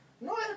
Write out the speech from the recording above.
No